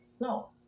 No